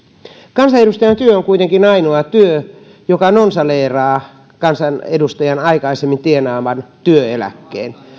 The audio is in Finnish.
kansanedustajan työ on kuitenkin ainoa työ joka nonsaleeraa kansanedustajan aikaisemmin tienaaman työeläkkeen